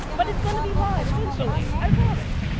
but it's going to be live eventually. i promise.